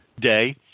day